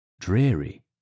dreary